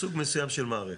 בסוג מסוים של מערכת.